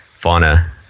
fauna